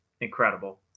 incredible